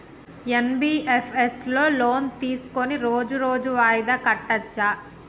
NBFS లో loan తీస్కొని రోజు రోజు వాయిదా కట్టచ్ఛా?